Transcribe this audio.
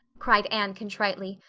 cried anne contritely.